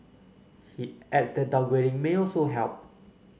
he adds that downgrading may also help